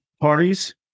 parties